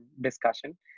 discussion